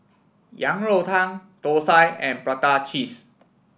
Yang Rou Tang Thosai and Prata Cheese